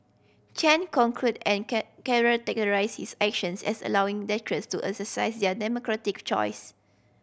Chen concurred and characterised his actions as allowing to exercise their democratic choice